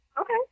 Okay